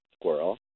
squirrel